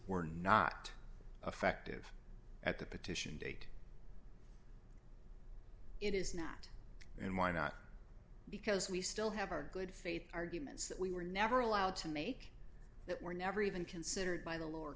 were not affective at the petition date it is not and why not because we still have our good faith arguments that we were never allowed to make that were never even considered by the lower